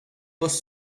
bus